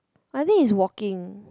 I think he's walking